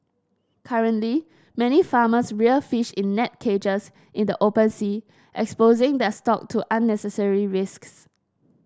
currently many farmers rear fish in net cages in the open sea exposing their stock to unnecessary risks